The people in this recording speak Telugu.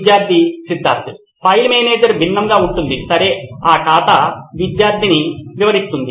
విద్యార్థి సిద్ధార్థ్ ఫైల్ మేనేజర్ భిన్నంగా ఉంటుంది సరే ఆ ఖాతా విద్యార్థిని వివరిస్తుంది